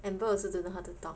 Amber also don't know how to talk